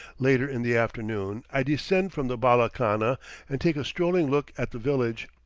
later in the afternoon i descend from the bala-khana and take a strolling look at the village,